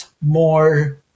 more